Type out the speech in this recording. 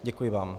Děkuji vám.